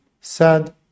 sad